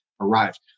arrived